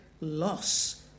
loss